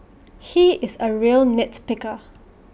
he is A real nit picker